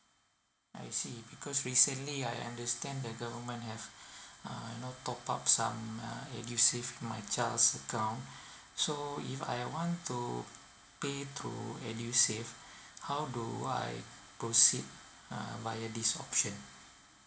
I because recentlly I understand the government have uh you know top up some uh edusave in my child's account so if I want to pay through edusave how do I proceed uh via this option